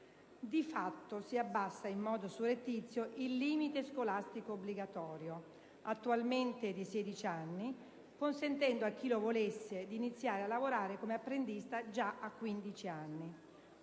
Di fatto, si abbassa in modo surrettizio il limite scolastico obbligatorio, attualmente di sedici anni, consentendo, a chi lo volesse, di iniziare a lavorare come apprendista già a quindici